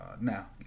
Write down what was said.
Now